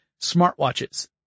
smartwatches